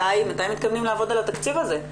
מתי מתכוונים לעבוד על התקציב הזה?